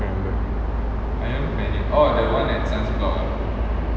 can't remember